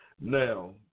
Now